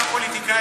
אתה פוליטיקאי,